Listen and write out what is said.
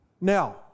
Now